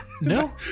no